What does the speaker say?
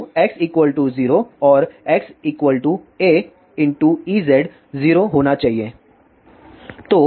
तो x 0 और x a Ez 0 होना चाहिए